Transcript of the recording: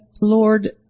Lord